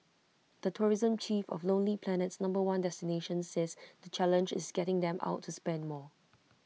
the tourism chief of lonely Planet's number one destination says the challenge is getting them out to spend more